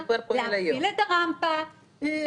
להפעיל את הרמפה,